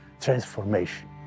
transformation